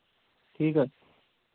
ٹھیٖک حظ